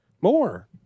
More